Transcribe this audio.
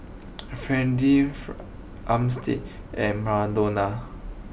Freeda fur Armstead and Madonna